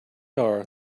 are